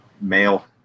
male